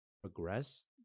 progress